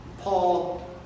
Paul